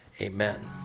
amen